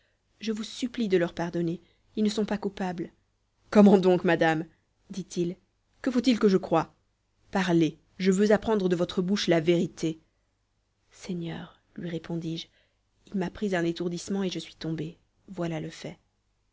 je vous supplie de leur pardonner ils ne sont pas coupables comment donc madame dit-il que faut-il que je croie parlez je veux apprendre de votre bouche la vérité seigneur lui répondis-je il m'a pris un étourdissement et je suis tombée voilà le fait